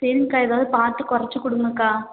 சரிங்கக்கா ஏதாவது பார்த்து கொறச்சு கொடுங்கக்கா